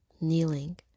kneeling